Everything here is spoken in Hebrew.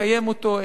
לקיים אותו.